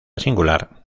singular